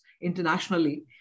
internationally